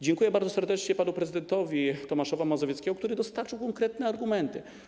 Dziękuję bardzo serdecznie panu prezydentowi Tomaszowa Mazowieckiego, który dostarczył konkretne argumenty.